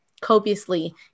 copiously